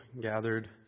gathered